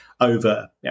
over